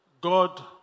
God